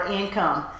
income